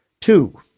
Two